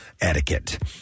etiquette